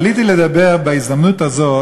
עליתי לדבר בהזדמנות הזאת,